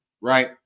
right